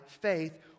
faith